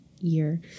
year